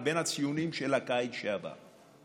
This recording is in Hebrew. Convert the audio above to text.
לבין הציונים של הקיץ שעבר,